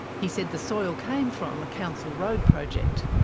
he said the soil came from a council road project.